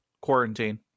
quarantine